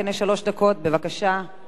חבר הכנסת גפני, לרשותך שלוש דקות.